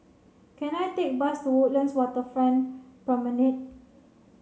can I take a bus to Woodlands Waterfront Promenade